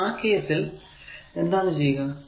ഇനി ആ കേസിൽ എന്താണ് ചെയ്യുക